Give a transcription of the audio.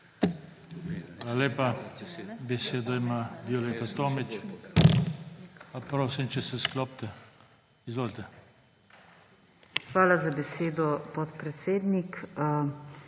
Hvala za besedo, podpredsednik.